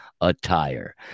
attire